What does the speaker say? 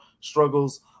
struggles